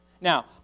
Now